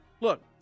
look